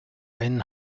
einen